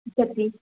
इच्छति